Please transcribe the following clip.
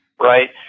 right